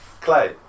Clay